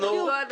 זה אותו הדבר.